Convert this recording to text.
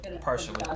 Partially